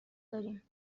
داریم